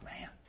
man